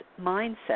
mindset